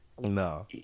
No